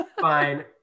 fine